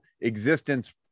existence